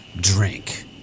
drink